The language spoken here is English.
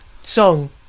song